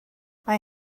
mae